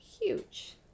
Huge